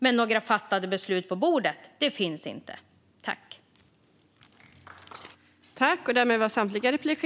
Men några fattade beslut finns inte på bordet.